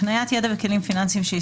הקניית ידע וכלים פיננסיים,